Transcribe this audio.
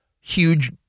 huge